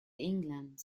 england